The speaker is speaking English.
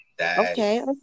okay